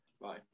Bye